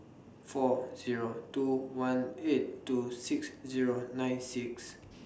four Zero two one eight two six Zero nine six